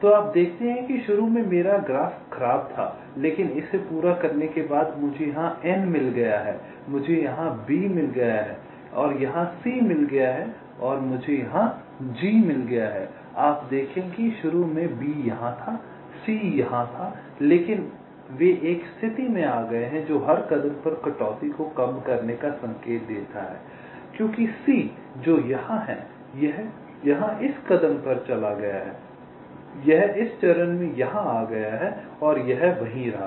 तो आप देखते हैं कि शुरू में मेरा ग्राफ ख़राब था लेकिन इसे पूरा करने के बाद मुझे यहाँ n मिल गया है मुझे यहाँ b मिल गया है मुझे यहाँ c मिल गया है मुझे यहाँ g मिल गया है आप देखें कि शुरू में b यहाँ था शुरू में c यहाँ था लेकिन वे एक स्थिति में आ गए हैं जो हर कदम पर कटौती को कम करने का संकेत देता है क्योंकि c जो यहाँ है यह यहाँ इस कदम पर चला गया है यह इस चरण में यहाँ आ गया है और यह वहीं रहा